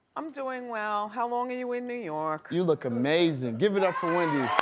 i'm doin' well, how long are you in new york? you look amazing, give it up for wendy.